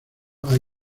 hay